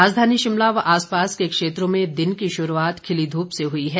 राजधानी शिमला व आसपास के क्षेत्रों में दिन की शुरूआत खिली धूप से हुई है